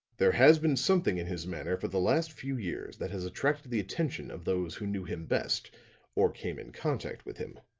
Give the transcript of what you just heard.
there has been something in his manner for the last few years that has attracted the attention of those who knew him best or came in contact with him.